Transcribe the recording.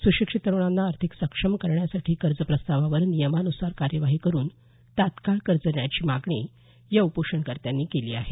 सुशिक्षित तरुणांना आर्थिक सक्षम करण्यासाठी कर्ज प्रस्तावांवर नियमानुसार कार्यवाही करुन तात्काळ कर्ज देण्याची मागणी या उपोषणकर्त्यांनी केली आहे